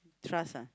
trust ah